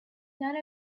none